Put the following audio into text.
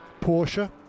Porsche